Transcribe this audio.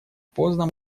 поздно